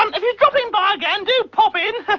if you're dropping by again do pop in,